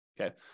okay